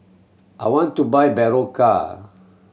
I want to buy Berocca